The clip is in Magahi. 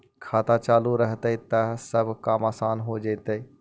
खाता चालु रहतैय तब सब काम आसान से हो जैतैय?